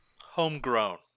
homegrown